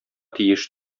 тиеш